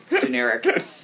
generic